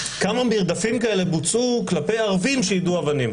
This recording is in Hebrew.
כמה מרדפים כאלה בוצעו כלפי ערבים שיידו אבנים,